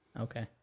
Okay